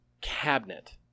cabinet